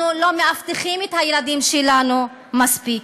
אנחנו לא מאבטחים את הילדים שלנו מספיק,